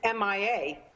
MIA